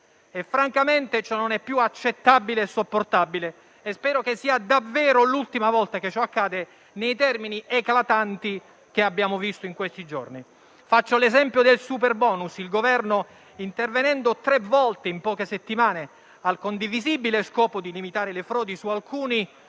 Francamente, ciò non è più accettabile e sopportabile e spero sia davvero l'ultima volta che ciò accade nei termini eclatanti che abbiamo visto in questi giorni. Porto l'esempio del superbonus. Il Governo, intervenendo tre volte in poche settimane, al condivisibile scopo di limitare le frodi su alcuni